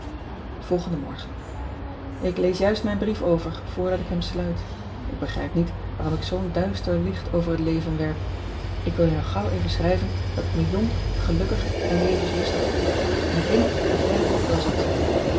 olgende morgen k lees juist mijn brief over voordat ik hem sluit k begrijp niet waarom ik zoo n duister licht over het leven werp k wil je nog gauw even schrijven dat ik me jong gelukkig en levenslustig voel n ik denk dat jij dat ook wel zult zijn